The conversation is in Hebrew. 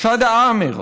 שדא עאמר,